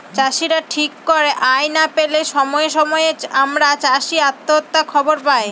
চাষীরা ঠিক করে আয় না পেলে সময়ে সময়ে আমরা চাষী আত্মহত্যার খবর পায়